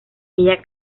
ella